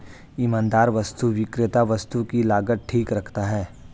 ईमानदार वस्तु विक्रेता वस्तु की लागत ठीक रखता है